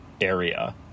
area